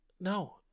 no